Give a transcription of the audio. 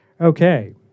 Okay